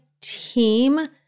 team